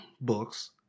books